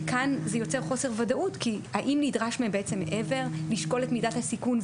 וכאן זה יוצר חוסר ודאות כי האם נדרש מהם בעצם לשקול את מידת הסיכון,